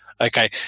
okay